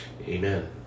Amen